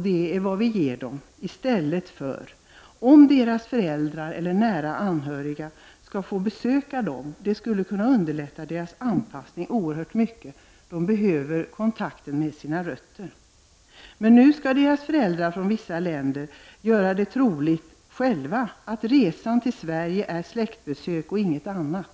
Det är vad vi ger dem. Om i stället deras föräldrar och nära anhöriga kunde få besöka dem, skulle detta underlätta deras anpassning oerhört mycket. Dessa människor behöver kontakter med sina rötter. Men nu skall föräldrar från vissa länder själva göra det troligt att resan till Sverige är släktbesök och inget annat.